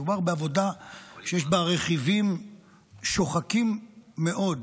מדובר בעבודה שיש בה רכיבים שוחקים מאוד,